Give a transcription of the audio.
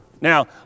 Now